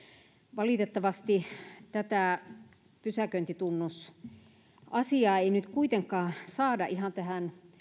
valitettavasti tätä pysäköintitunnusasiaa ei nyt kuitenkaan saada ihan tähän